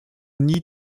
nie